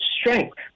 strength